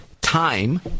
time